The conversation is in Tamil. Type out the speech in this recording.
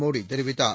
மோடிதெரிவித்தார்